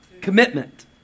Commitment